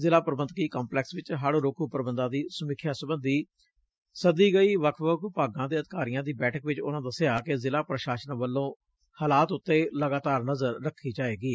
ਜ਼ਿਲ੍ਹਾ ਪ੍ਰਬੰਧਕੀ ਕੰਪਲੈਕਸ ਚ ਹੜ੍ਹ ਰੋਕੂ ਪ੍ਰਬੰਧਾਂ ਦੀ ਸਮੀਖਿਆ ਸਬੰਧੀ ਸੱਦੀ ਗਈ ਵੱਖ ਵੱਖ ਵਿਭਾਗਾਂ ਦੇ ਅਧਿਕਾਰੀਆਂ ਦੀ ਬੈਠਕ ਚ ਉਨ੍ਹਾਂ ਦੱਸਿਆ ਕਿ ਜ਼ਿਲ੍ਹਾ ਪ੍ਰਸ਼ਾਸਨ ਵੱਲੋਂ ਹਾਲਾਤ ਉਤੇ ਲਗਾਤਾਰ ਨਜ਼ਰ ਰੱਖੀ ਜਾਵੇਗੀ